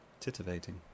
titivating